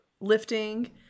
lifting